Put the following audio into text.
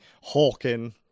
hawking